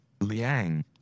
Liang